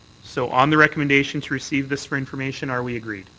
so on the recommendation to receive this for information, are we agreed?